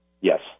Yes